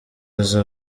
azi